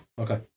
okay